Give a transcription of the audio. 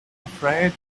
afraid